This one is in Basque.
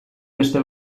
beste